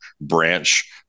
branch